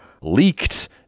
leaked